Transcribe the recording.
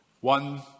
One